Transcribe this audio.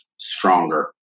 stronger